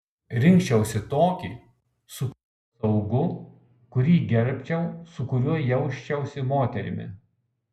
rinkčiausi tokį su kuriuo saugu kurį gerbčiau su kuriuo jausčiausi moterimi